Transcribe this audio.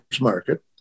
market